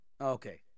Okay